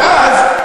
ואז,